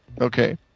Okay